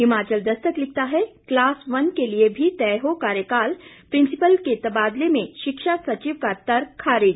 हिमाचल दस्तक लिखता है class one के लिए भी तय हो कार्यकाल प्रिंसिपल के तबादले में शिक्षा सचिव का तर्क खारिज